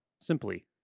simply